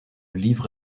livre